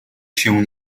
się